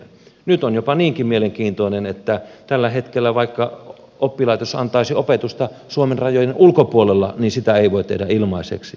nyt on jopa niinkin mielenkiintoista että tällä hetkellä vaikka oppilaitos antaisi opetusta suomen rajojen ulkopuolella sitä ei voi tehdä ilmaiseksi